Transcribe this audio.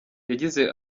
yagize